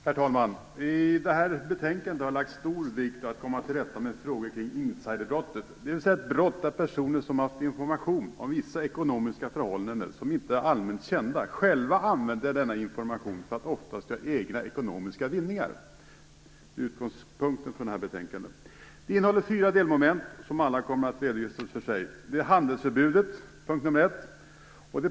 Herr talman! I det här betänkandet har det lagts stor vikt vid att komma till rätta med frågor kring insiderbrott, dvs. brott där personer som har information om vissa ekonomiska förhållanden som inte är allmänt kända själva använder denna information för att göra oftast egna ekonomiska vinningar. Detta är utgångspunkten för betänkandet. Det innehåller fyra delmoment, som kommer att redovisas var för sig. Det första är handelsförbud.